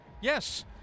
yes